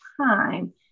time